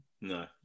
No